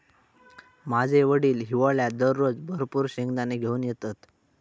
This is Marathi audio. माझे वडील हिवाळ्यात दररोज भरपूर शेंगदाने घेऊन येतत